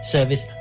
Service